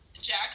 Jack